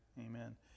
Amen